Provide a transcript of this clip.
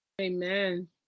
Amen